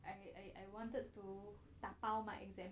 I I wanted to 打包 my exam